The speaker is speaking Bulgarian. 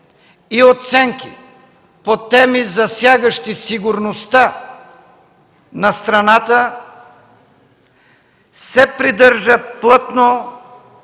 и оценки по теми, засягащи сигурността на страната, се придържа плътно